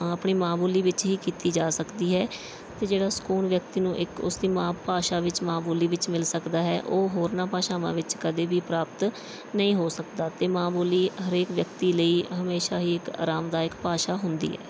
ਆਪਣੀ ਮਾਂ ਬੋਲੀ ਵਿੱਚ ਹੀ ਕੀਤੀ ਜਾ ਸਕਦੀ ਹੈ ਅਤੇ ਜਿਹੜਾ ਸਕੂਨ ਵਿਅਕਤੀ ਨੂੰ ਇੱਕ ਉਸ ਦੀ ਮਾਂ ਭਾਸ਼ਾ ਮਾਂ ਬੋਲੀ ਵਿੱਚ ਮਿਲ ਸਕਦਾ ਹੈ ਉਹ ਹੋਰਨਾਂ ਭਾਸ਼ਾਵਾਂ ਵਿੱਚ ਕਦੇ ਵੀ ਪ੍ਰਾਪਤ ਨਹੀਂ ਹੋ ਸਕਦਾ ਅਤੇ ਮਾਂ ਬੋਲੀ ਹਰੇਕ ਵਿਅਕਤੀ ਲਈ ਹਮੇਸ਼ਾ ਹੀ ਇੱਕ ਅਰਾਮਦਾਇਕ ਭਾਸ਼ਾ ਹੁੰਦੀ ਹੈ